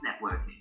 networking